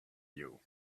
you